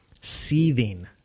seething